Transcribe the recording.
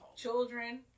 Children